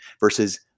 Versus